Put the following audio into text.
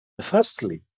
Firstly